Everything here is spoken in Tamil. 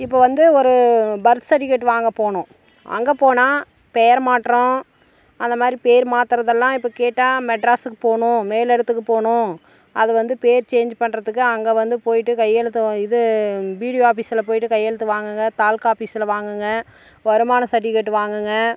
இப்போ வந்து ஒரு பர்த் சர்ட்டிவிக்கேட் வாங்க போனோம் அங்கே போனால் பெயர் மாற்றம் அத மாரி பேர் மாத்துறதெல்லாம் இப்போ கேட்டால் மெட்ராஸுக்கு போகணும் மேல் இடத்துக்கு போகணும் அது வந்து பேர் சேஞ்ச் பண்ணுறதுக்கு அங்கே வந்து போயிவிட்டு கையெழுத்து இது பிடிஓ ஆபீஸில் போயிவிட்டு கையெழுத்து வாங்குங்க தாலுக்கா ஆபீஸில் வாங்குங்க வருமான சர்ட்டிவிக்கேட்டு வாங்குங்க